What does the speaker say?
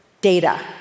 Data